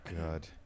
god